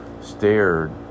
stared